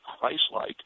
Christ-like